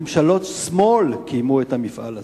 ממשלות שמאל קיימו את המפעל הזה,